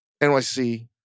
NYC